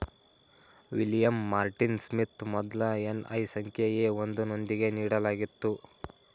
William Martin Smith ಮೊದ್ಲ NI ಸಂಖ್ಯೆ A ಒಂದು ನೊಂದಿಗೆ ನೀಡಲಾಗಿತ್ತು